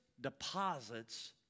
deposits